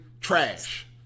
trash